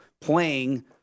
playing